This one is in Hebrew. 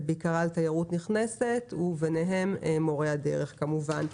בעיקר על תיירות נכנסת וביניהם מורי הדרך כמובן.